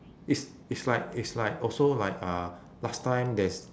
is is like is like also like uh last time there's